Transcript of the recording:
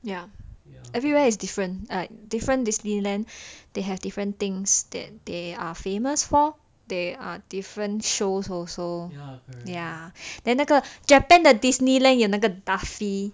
ya everywhere is different like different disneyland they have different things that they are famous for they are different shows also there then 那个 japan the disneyland 有那个 duffy